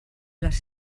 les